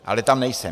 Ale tam nejsem.